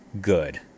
good